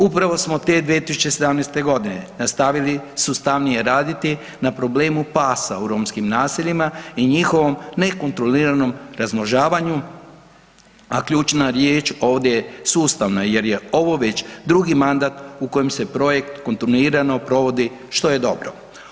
Upravo smo te 2017. g. nastavili sustavnije raditi na problemu pasa u romskim naseljima i njihovom nekontroliranom razmnožavanju a ključna riječ ovdje je „sustavno“ jer je ovo već drugi mandat u kojem se projekt kontinuirano provodi, što je dobro.